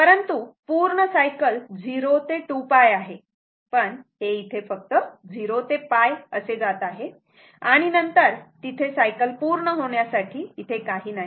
परंतु पूर्ण सायकल 0 ते 2π आहे पण हे इथे फक्त 0 ते π जात आहे आणि नंतर तिथे सायकल पूर्ण होण्यासाठी काही नाही